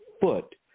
foot